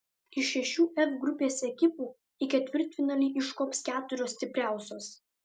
iš šešių f grupės ekipų į ketvirtfinalį iškops keturios stipriausios